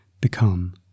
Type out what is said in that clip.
become